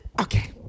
okay